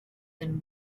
than